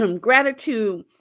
gratitude